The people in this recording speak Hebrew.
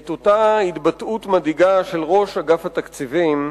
את אותה התבטאות מדאיגה של ראש אגף התקציבים,